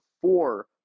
four